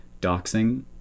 doxing